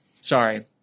sorry